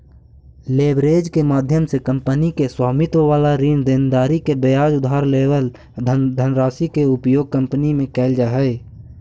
leverage के माध्यम से कंपनी के स्वामित्व वाला ऋण देनदारी के बजाय उधार लेवल धनराशि के उपयोग कंपनी में कैल जा हई